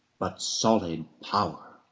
but solid power